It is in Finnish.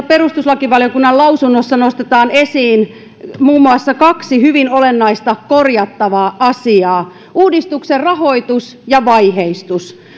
perustuslakivaliokunnan lausunnossa nostetaan esiin muun muassa kaksi hyvin olennaista korjattavaa asiaa uudistuksen rahoitus ja vaiheistus